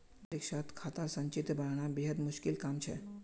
परीक्षात खातार संचित्र बनाना बेहद मुश्किल काम छ